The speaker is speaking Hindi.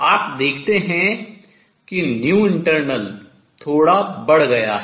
आप देखते हैं internal थोड़ा बढ़ गया है